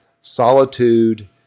solitude